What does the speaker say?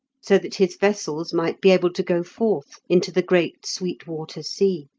so that his vessels might be able to go forth into the great sweet water sea.